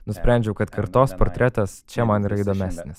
nusprendžiau kad kartos portretas čia man yra įdomesnis